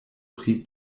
pri